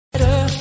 Better